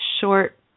short